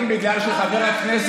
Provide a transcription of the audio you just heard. אבל למה לא נתתם קודם?